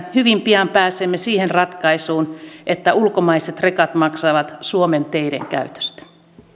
hyvin pian pääsemme siihen ratkaisuun että ulkomaiset rekat maksavat suomen teiden käytöstä